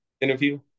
interview